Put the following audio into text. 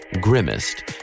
Grimmest